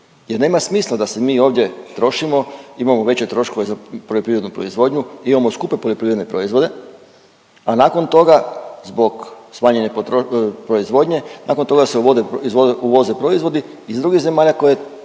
jer nema smisla da se mi ovdje trošimo, imamo veće troškove za poljoprivrednu proizvodnju, imamo skupe poljoprivredne proizvode, a nakon toga zbog smanjene proizvodnje nakon toga se uvoze proizvodi iz drugih zemalja koje